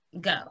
go